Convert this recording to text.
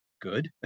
good